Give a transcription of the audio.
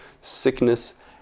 sickness